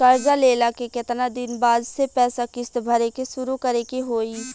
कर्जा लेला के केतना दिन बाद से पैसा किश्त भरे के शुरू करे के होई?